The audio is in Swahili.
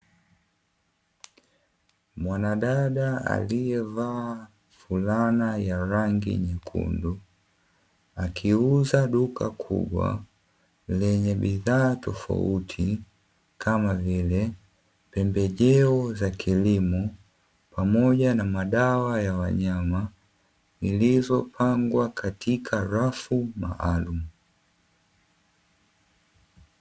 Mwanadada aliyevaa fulana ya rangi nyekundu, akiuza duka kubwa lenye bidhaa tofauti kama vile pembejeo za kilimo pamoja na madawa ya wanyama zilizopangwa katika rafu maalumu.